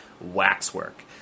Waxwork